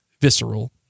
visceral